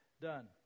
done